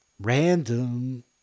Random